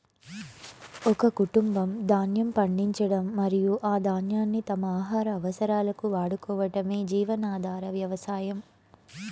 ఒక కుటుంబం ధాన్యం పండించడం మరియు ఆ ధాన్యాన్ని తమ ఆహార అవసరాలకు వాడుకోవటమే జీవనాధార వ్యవసాయం